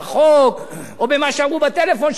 בחוק או במה שאמרו בטלפון,